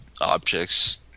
objects